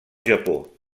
japó